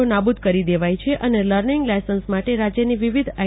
ઓ નાબ્ર દ કરી દેવાઈ છે અને લર્નિંગ લાયસન્સ માટે રાજયની વિવિધ આઈ